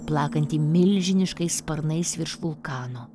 plakantį milžiniškais sparnais virš vulkano